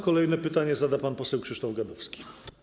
Kolejne pytanie zada pan poseł Krzysztof Gadowski.